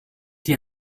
die